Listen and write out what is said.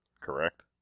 correct